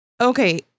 Okay